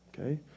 Okay